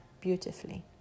beautifully